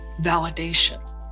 validation